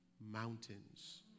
mountains